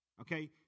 Okay